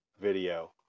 video